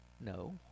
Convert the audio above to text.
no